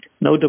No